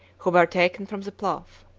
who were taken from the plough.